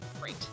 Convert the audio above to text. great